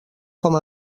com